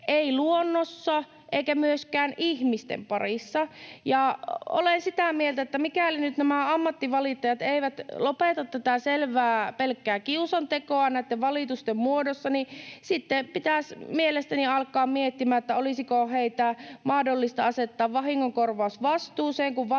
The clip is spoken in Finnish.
ei luonnossa eikä myöskään ihmisten parissa. Olen sitä mieltä, että mikäli nyt nämä ammattivalittajat eivät lopeta tätä selvästi pelkkää kiusantekoa näitten valitusten muodossa, niin sitten pitäisi mielestäni alkaa miettimään, olisiko heitä mahdollista asettaa vahingonkorvausvastuuseen,